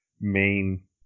main